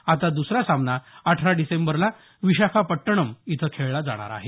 आता दुसरा सामना अठरा डिसेंबरला विशाखापट्टणम इथं खेळला जाणार आहे